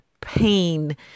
pain